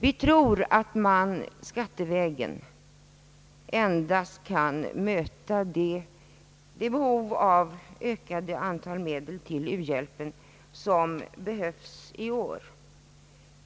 Vi anser att det endast skattevägen är möjligt att täcka det behov av ökade medel till u-hjälpen som behövs i år.